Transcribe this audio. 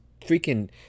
freaking